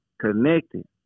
connected